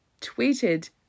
tweeted